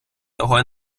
того